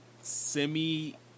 Semi